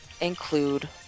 include